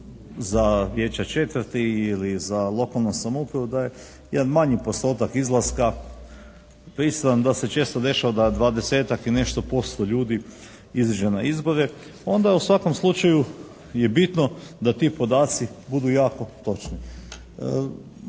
za vijeća četvrti ili za lokalnu samoupravu jedan manji postotak izlaska. Priznajem da se često dešava da 20-ak i nešto posto ljudi izađe na izbore. Onda u svakom slučaju je bitno da ti podaci budu jako točni.